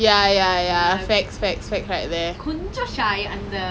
honestly I don't know how I'm going to cope sia new environment and all